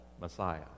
Messiah